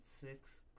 six